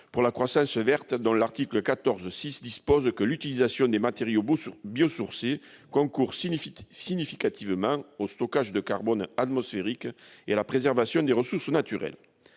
pour la croissance verte, dont le VI de l'article 14 dispose :« L'utilisation des matériaux biosourcés concourt significativement au stockage de carbone atmosphérique et à la préservation des ressources naturelles.